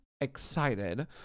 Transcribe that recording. excited